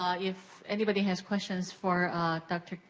ah if anybody has questions for dr.